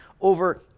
over